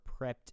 prepped